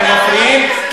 אתם מפריעים,